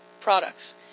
products